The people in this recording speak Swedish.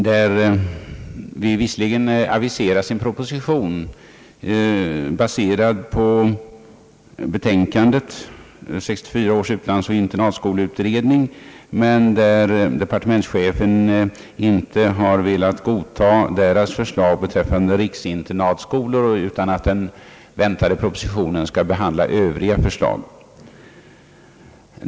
Där aviseras visserligen en proposition, baserad på betänkandet från 1964 års utlandsoch internatskoleutredning, men departementschefen har inte velat godta utredningens förslag beträffande riksinternatskolor. Den väntade propositionen kan därför bara behandla övriga förslag.